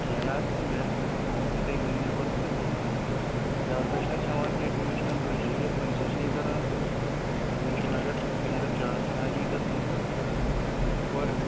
کیٚنہہ نہ حظ چھُنہٕ یہِ تُہۍ ؤنِو پَتہٕ تہٕ زیادٕ تر چھِنہٕ أسۍ ہٮ۪وان کیٚنہہ ٹوٗرِسٹَن ٹوٗرِسٹَن چھِ أسۍ کَنسیشِنٕے کران تہٕ ٹوٗرِسٹَن اگر تِم اگر چار چناری گژھن تہٕ پٔر